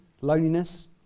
loneliness